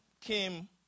came